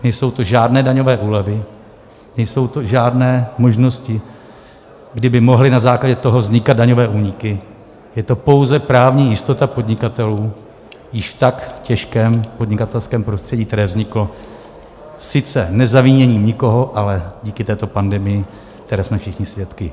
Nejsou to žádné daňové úlevy, nejsou to žádné možnosti, kdy by mohly na základě toho vznikat daňové úniky, je to pouze právní jistota podnikatelů v již tak těžkém podnikatelském prostředí, které vzniklo sice nezaviněním nikoho, ale kvůli této pandemii, které jsme všichni svědky.